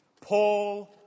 Paul